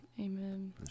Amen